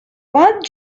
what